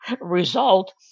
result